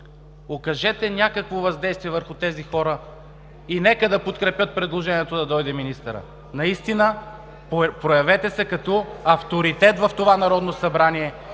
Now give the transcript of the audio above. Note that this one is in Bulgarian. окажете някакво въздействие върху тези хора и нека да подкрепят предложението да дойде министърът. Наистина проявете се като авторитет в това Народно събрание